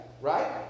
Right